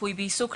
ריפוי בעיסוק,